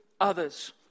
others